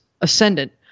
ascendant